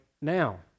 now